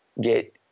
get